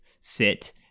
sit